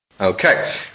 Okay